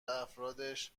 افرادش